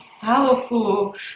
powerful